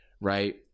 Right